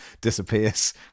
disappears